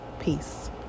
peace